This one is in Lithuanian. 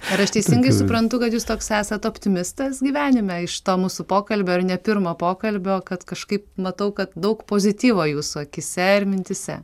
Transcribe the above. ar aš teisingai suprantu kad jūs toks esat optimistas gyvenime iš to mūsų pokalbio ir ne pirmo pokalbio kad kažkaip matau kad daug pozityvo jūsų akyse ir mintyse